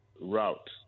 route